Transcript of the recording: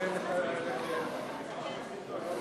מסדר-היום